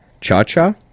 Cha-Cha